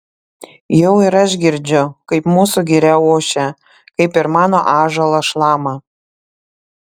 jau ir aš girdžiu kaip mūsų giria ošia kaip ir mano ąžuolas šlama